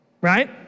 right